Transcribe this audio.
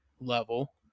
level